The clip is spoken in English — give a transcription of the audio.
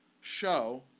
show